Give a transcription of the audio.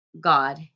God